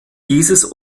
dieses